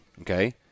Okay